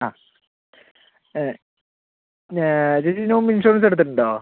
ആ ഏഹ് ഞാൻ ഇതിന് മുമ്പ് ഇൻഷുറൻസ് എടുത്തിട്ട് ഉണ്ടോ